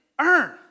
earn